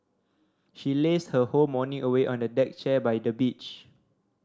she lazed her whole morning away on a deck chair by the beach